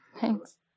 thanks